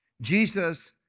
Jesus